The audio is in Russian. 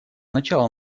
начала